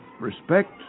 respect